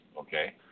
okay